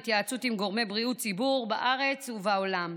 בהתייעצות עם גורמי בריאות ציבור בארץ ובעולם.